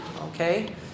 okay